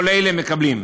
כל אלה מקבלים: